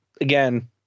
again